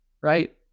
right